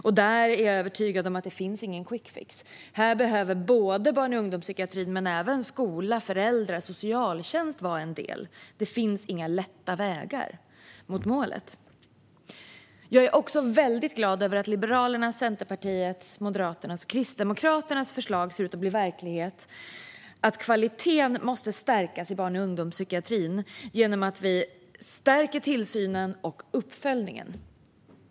Jag är övertygad om att det inte finns någon quickfix - här behöver såväl barn och ungdomspsykiatri som skola, föräldrar och socialtjänst vara en del. Det finns inga lätta vägar mot målet. Jag är också väldigt glad över att Liberalernas, Centerpartiets, Moderaternas och Kristdemokraternas förslag ser ut att bli verklighet. Kvaliteten måste stärkas i barn och ungdomspsykiatrin genom att vi stärker tillsynen och uppföljningen.